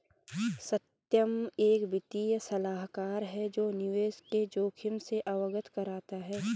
सत्यम एक वित्तीय सलाहकार है जो निवेश के जोखिम से अवगत कराता है